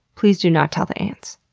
please do not tell the ants.